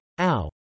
Ow